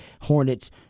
Hornets